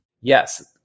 Yes